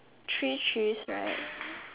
three choose right